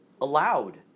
allowed